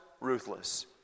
ruthless